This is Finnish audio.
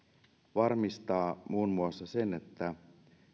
varmistaa muun muassa sen että